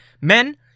men